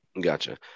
Gotcha